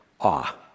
awe